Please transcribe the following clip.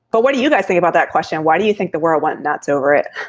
but what do you guys think about that question? why do you think the world went nuts over it?